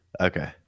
Okay